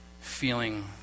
feeling